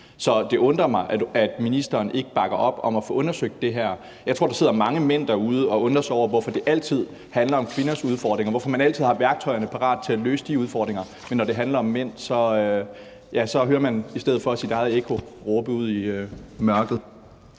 Så det undrer mig, at ministeren ikke bakker op om at få undersøgt det her. Jeg tror, der sidder mange mænd derude og undrer sig over, hvorfor det altid handler om kvinders udfordringer, og hvorfor man altid har værktøjerne parat til at løse de udfordringer, men at når det handler om mænd, hører man i stedet for sit eget ekko råbe ud i mørket.